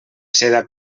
seda